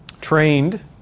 trained